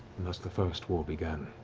thus the first war began.